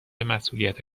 مسئولیت